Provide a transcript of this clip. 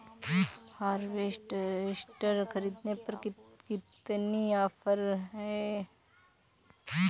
Harvester ख़रीदने पर कितनी का ऑफर है?